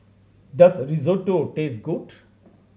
does Risotto taste good